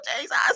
Jesus